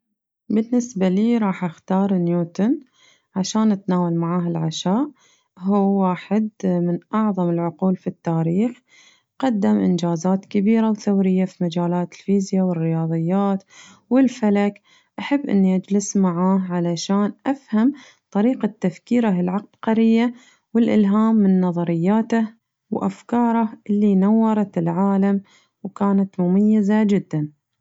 بالنسبة لي راح أختار نيوتن عشان أتناول معاه العشاء هو واحد من أعظم العقول في التاريخ قدم إنجازات كبيرة وثورية في مجال الفيزيا والرياضيات والفلك أحب إني أجلس معاه علشان أفهم طريقة تفكيره العبقرية والإلهام من نظرياته وأفكاره اللي نورت العالم وكانت مميزة جداً.